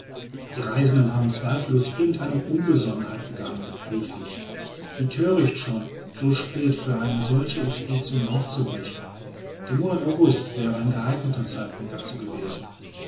die reisenden haben zweifellos irgend eine unbesonnenheit begangen rief ich wie thöricht schon so spät für eine solche expedition aufzubrechen der monat august wäre ein geeigneter zeitpunkt dazu gewesen